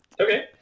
okay